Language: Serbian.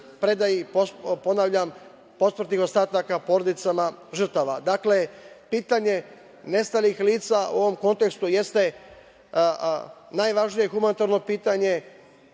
predaju posmrtnih ostataka porodicama žrtava. Dakle, pitanje nestalih lica u ovom kontekstu jeste najvažnije humanitarno pitanje,